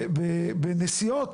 בנסיעות.